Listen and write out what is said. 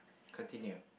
continue